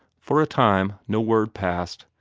for a time no word passed,